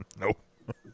Nope